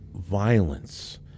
violence